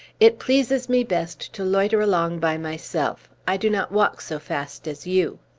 it pleases me best to loiter along by myself. i do not walk so fast as you.